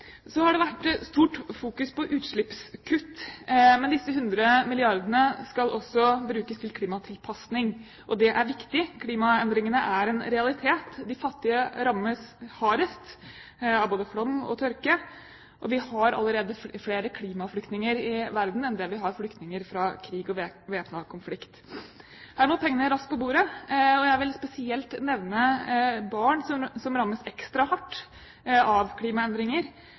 Så har det vært stort fokus på utslippskutt, men disse hundre milliardene skal også brukes til klimatilpasning, og det er viktig. Klimaendringene er en realitet. De fattige rammes hardest av både flom og tørke. Vi har allerede flere klimaflyktninger i verden enn flyktninger fra krig og væpnede konflikter. Her må pengene raskt på bordet. Jeg vil spesielt nevne barn, som rammes ekstra hardt av klimaendringer.